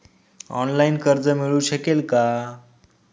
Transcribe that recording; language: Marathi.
ऑनलाईन कर्ज मिळू शकेल का?